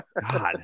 God